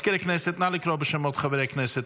מזכיר הכנסת, נא לקרוא בשמות חברי הכנסת.